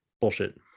bullshit